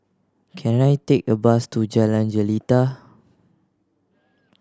can I take a bus to Jalan Jelita